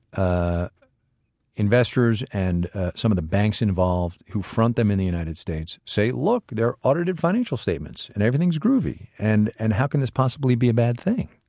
ah investors and some of the banks involved who front them in the united states say, look, they're audited financial statements and everything is groovy. and and how can this possibly be a bad thing?